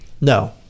No